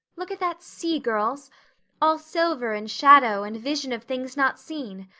look at that sea, girls all silver and shadow and vision of things not seen.